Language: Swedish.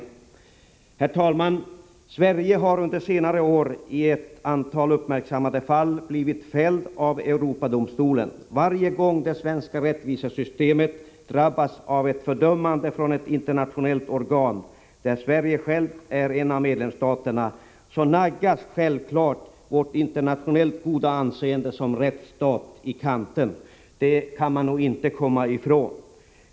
Herr talman! Sverige har under senare år i ett antal uppmärksammade fall fällts av Europadomstolen. Varje gång det svenska rättvisesystemet drabbas av ett fördömande från ett internationellt organ, där Sverige är en av medlemsstaterna, naggas självfallet vårt internationellt goda anseende som rättsstat i kanten. Det kan man nog inte komma ifrån.